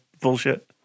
bullshit